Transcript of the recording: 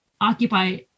Occupy